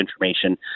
information